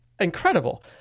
incredible